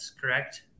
correct